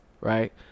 Right